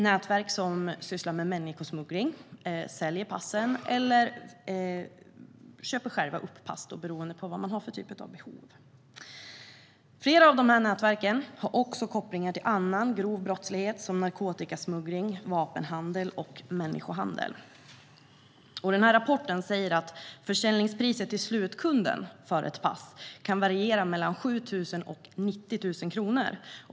Nätverk som sysslar med människosmuggling säljer passen eller köper själva upp pass, beroende på vad de har för behov. Flera av nätverken har också kopplingar till annan grov brottslighet, som narkotikasmuggling, vapenhandel och människohandel. Den här rapporten säger att försäljningspriset till slutkunden för ett pass kan variera mellan 7 000 och 90 000 kronor.